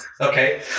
Okay